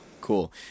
Cool